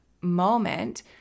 moment